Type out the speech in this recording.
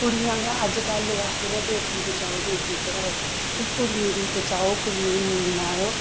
कुड़ियां गै अजकल्ल लोक आखदे न बेटी बचाओ बेटी पढ़ाओ कि कुड़ियें गी बचाओ कुड़ियें गी नेईं मारो